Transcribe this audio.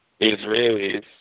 Israelis